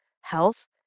health